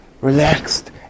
relaxed